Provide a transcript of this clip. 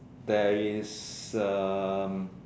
there is um